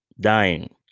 dying